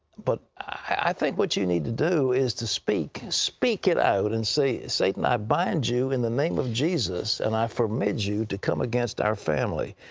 but, i think what you need to do is to speak speak it out and say, satan, i bind you in the name of jesus and i forbid you to come against our family.